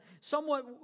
somewhat